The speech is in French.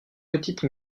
petites